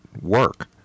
work